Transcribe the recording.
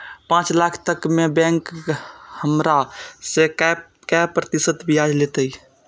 पाँच लाख तक में बैंक हमरा से काय प्रतिशत ब्याज लेते?